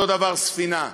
אותו דבר ספינה.